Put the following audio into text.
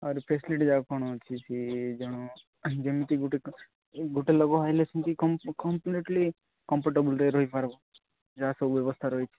ଆହୁରି ଫେସିଲିଟି ଯାକ କ'ଣ ଅଛି ଦୁଇ ଜଣ ଯେମିତି ଗୁଟେ ଗୁଟେ ଲୁକ ରହିଲେ ସେମିତି କମ୍ପପ୍ଲିଟଲି କମ୍ଫଟେବୁଲ୍ରେ ରହି ପାରିବ ଯାହା ସବୁ ବ୍ୟବସ୍ତା ରହିଛି